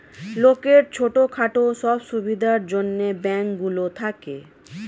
লোকের ছোট খাটো সব সুবিধার জন্যে ব্যাঙ্ক গুলো থাকে